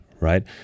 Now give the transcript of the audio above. right